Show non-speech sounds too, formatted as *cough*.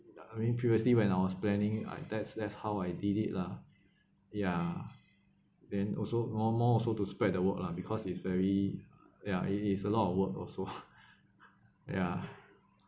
like I mean previously when I was planning I that's that's how I did it lah ya then also more more also to spread the work lah because it's very ya it is a lot of work also *laughs* ya